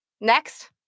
next